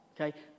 okay